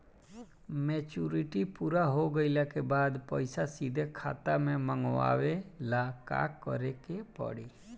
Maturity पूरा हो गइला के बाद पईसा सीधे खाता में मँगवाए ला का करे के पड़ी?